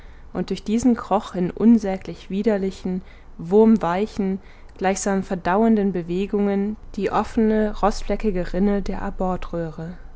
und durch diesen kroch in unsäglich widerlichen wurmweichen gleichsam verdauenden bewegungen die offene rostfleckige rinne der